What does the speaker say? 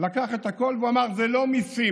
לקח את הכול ואמר: זה לא מיסים,